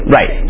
Right